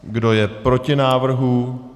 Kdo je proti návrhu?